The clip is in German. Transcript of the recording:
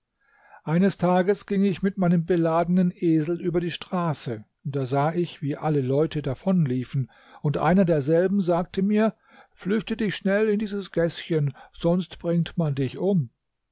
eines tages ging ich mit meinem beladenen esel über die straße da sah ich wie alle leute davonliefen und einer derselben sagte mir flüchte dich schnell in dieses gäßchen sonst bringt man dich um